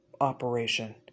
operation